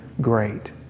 great